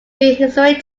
prehistoric